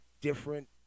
different